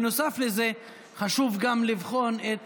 בנוסף לזה, חשוב גם לבחון את